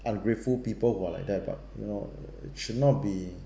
ungrateful people who are like that but you know should not be